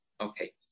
Okay